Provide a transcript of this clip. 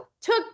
took